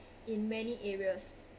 in many areas